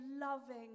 loving